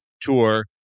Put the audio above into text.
tour